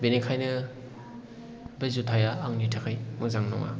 बेनिखायनो बे जुथाया आंनि थाखाय मोजां नङा